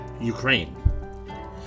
Ukraine